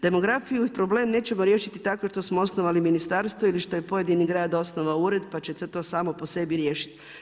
Demografiju i problem nećemo riješiti tako što smo osnovali ministarstvo ili što je pojedini grad osnovao ured, pa će se to samo po sebi riješiti.